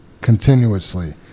continuously